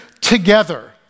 together